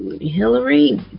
Hillary